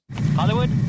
Hollywood